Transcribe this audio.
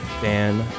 Dan